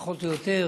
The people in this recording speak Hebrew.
פחות או יותר,